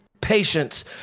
patience